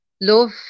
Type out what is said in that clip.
love